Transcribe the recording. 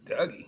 Dougie